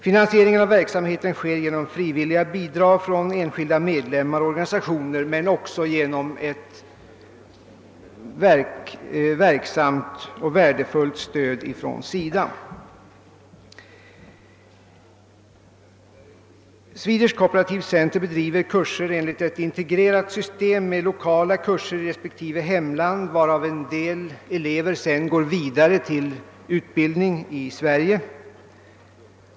Finansieringen av verksamheten sker genom frivilliga bidrag från medlemmar och organisationer men också genom ett verksamt och värdefullt stöd från SIDA. Swedish Cooperative Centre bedriver kursverksamhet enligt ett integrerat system med lokala kurser i respektive hemland. En del elever går sedan vidare till utbildning i Sverige.